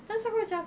terus aku macam